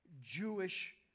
Jewish